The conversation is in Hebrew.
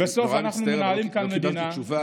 בסוף אנחנו מנהלים כאן מדינה,